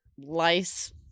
lice